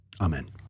Amen